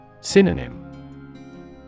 Synonym